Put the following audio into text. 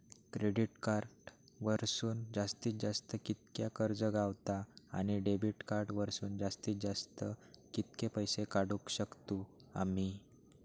Credit card वरसून जास्तीत जास्त कितक्या कर्ज गावता, आणि डेबिट कार्ड वरसून जास्तीत जास्त कितके पैसे काढुक शकतू आम्ही?